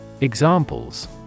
Examples